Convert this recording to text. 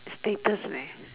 status leh